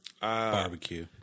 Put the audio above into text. Barbecue